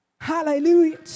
Hallelujah